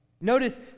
Notice